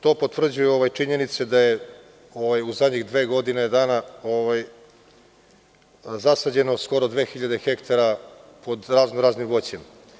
To potvrđuje činjenica da je u zadnje dve godine dana, zasađeno skoro dve hiljade hektara pod razno, raznim voćem.